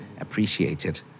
appreciated